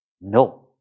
No